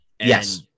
Yes